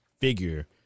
figure